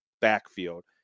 backfield